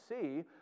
see